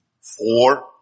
Four